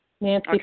Nancy